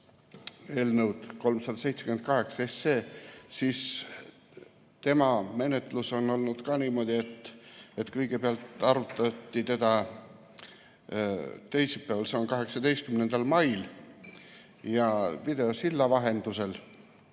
eelnõu 378, siis selle menetlus on olnud ka niimoodi, et kõigepealt arutati seda teisipäeval, 18. mail, ja videosilla vahendusel.